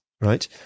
right